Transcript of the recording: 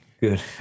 Good